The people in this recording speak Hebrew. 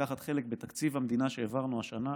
לקחת חלק בתקציב המדינה שהעברנו השנה,